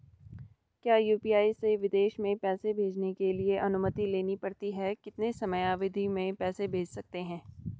क्या यु.पी.आई से विदेश में पैसे भेजने के लिए अनुमति लेनी पड़ती है कितने समयावधि में पैसे भेज सकते हैं?